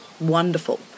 wonderful